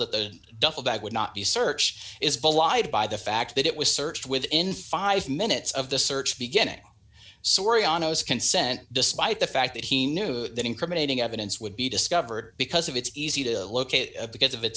that the duffel bag would not be searched is belied by the fact that it was searched within five minutes of the search beginning soriano's consent despite the fact that he knew that incriminating evidence would be discovered because of it's easy to locate of because of it